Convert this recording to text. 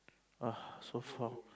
uh so far